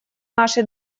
нашей